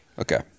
Okay